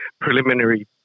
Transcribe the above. preliminary